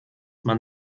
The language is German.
man